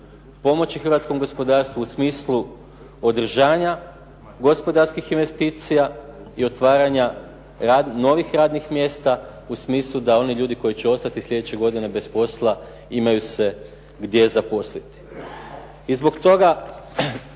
pomoći hrvatskom gospodarstvu u smislu održanja gospodarskih investicija i otvaranja novih radnih mjesta u smislu da oni ljudi koji će ostati sljedeće godine bez posla imaju se gdje zaposliti.